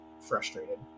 frustrated